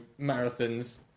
marathons